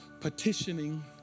petitioning